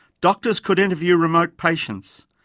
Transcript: doctors could interview remote patients.